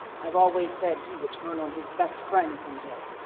i've always said he would turn on his best friend some day.